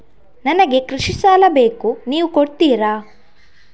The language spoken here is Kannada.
ನನಗೆ ಕೃಷಿ ಸಾಲ ಬೇಕು ನೀವು ಕೊಡ್ತೀರಾ?